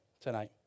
tonight